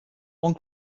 one